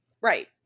Right